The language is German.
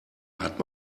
hat